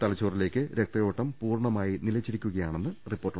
തലച്ചോറിലേക്ക് രക്തയോട്ടം പൂർണ്ണമായി നിലച്ചിരിക്കുകയാണെന്നാണ് റിപ്പോർട്ട്